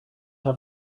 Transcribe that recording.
have